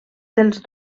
dels